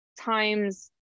times